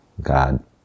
God